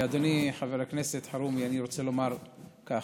אדוני חבר הכנסת אלחרומי, אני רוצה לומר כך: